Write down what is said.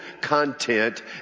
content